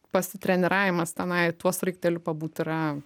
pasitreniravimas tenai tuo sraigteliu pabūt yra